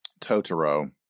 Totoro